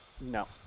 No